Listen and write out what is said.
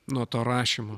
nuo to rašymo